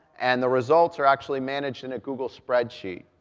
and the results are actually managed in a google spreadsheet.